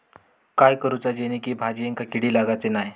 काय करूचा जेणेकी भाजायेंका किडे लागाचे नाय?